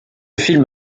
film